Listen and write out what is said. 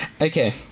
Okay